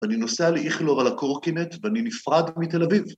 ‫ואני נוסע לאיכלוב על הקורקינט ‫ואני נפרד מתל אביב.